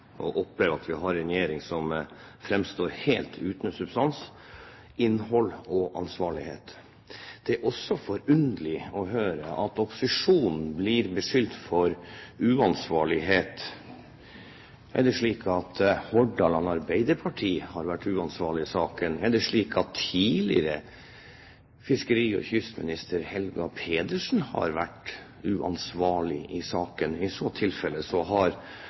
og å oppleve at vi har en regjering som framstår helt uten substans, innhold og ansvarlighet. Det er også forunderlig å høre at opposisjonen blir beskyldt for uansvarlighet. Er det slik at Hordaland arbeiderparti har vært uansvarlig i saken? Er det slik at tidligere fiskeri- og kystminister Helga Pedersen har vært uansvarlig i saken? I så tilfelle har